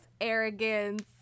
arrogance